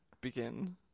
begin